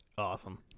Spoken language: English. awesome